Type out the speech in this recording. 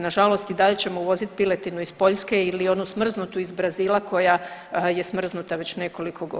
Nažalost i dalje ćemo uvoziti piletinu iz Poljske ili onu smrznutu iz Brazila koja je smrznuta već nekoliko godina.